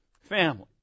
family